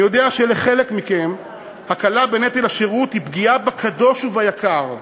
אני יודע שלחלק מכם הקלה בנטל השירות היא פגיעה בקדוש וביקר.